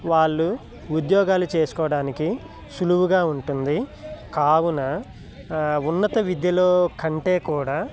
వాళ్ళు ఉద్యోగాలు చేసుకోవడానికి సులువుగా ఉంటుంది కావున ఉన్నత విద్యలో కంటే కూడా